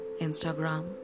Instagram